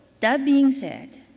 that being said,